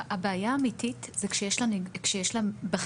הבעיה האמיתית היא שיש לה בכיר,